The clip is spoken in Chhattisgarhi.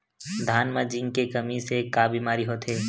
धान म जिंक के कमी से का बीमारी होथे?